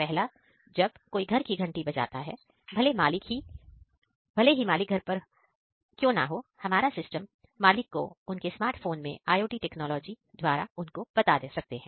पहला जब कोई घर की घंटी बजाता है भले ही मालिक घर पर क्यों ना हो हमारा सिस्टम मालिक को उनके स्मार्टफोन में IOT टेक्नोलॉजी द्वारा उनको बता सकते हैं